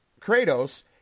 Kratos